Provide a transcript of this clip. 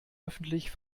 öffentlich